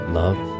love